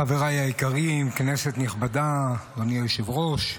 חבריי היקרים, כנסת נכבדה, אדוני היושב-ראש,